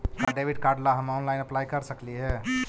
का debit card ला हम ऑनलाइन अप्लाई कर सकली हे?